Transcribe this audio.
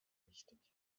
wichtig